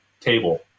table